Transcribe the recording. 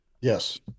Yes